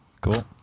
Cool